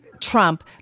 Trump